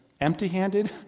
empty-handed